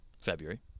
February